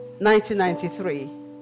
1993